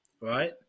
right